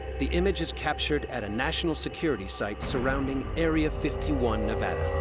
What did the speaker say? the image is captured at a national security site surrounding area fifty one, nevada.